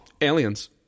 Aliens